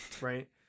right